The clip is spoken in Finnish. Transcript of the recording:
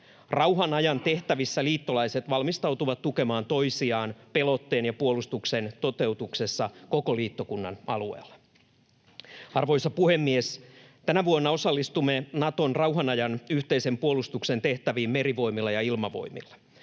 Rauhanajan tehtävissä liittolaiset valmistautuvat tukemaan toisiaan pelotteen ja puolustuksen toteutuksessa koko liittokunnan alueella. Arvoisa puhemies! Tänä vuonna osallistumme Naton rauhanajan yhteisen puolustuksen tehtäviin Merivoimilla ja Ilmavoimilla.